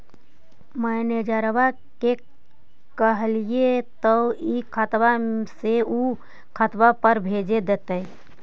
मैनेजरवा के कहलिऐ तौ ई खतवा से ऊ खातवा पर भेज देहै?